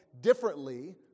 differently